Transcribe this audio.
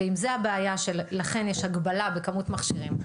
ואם זו הבעיה שלכן יש הגבלה בכמות מכשירים,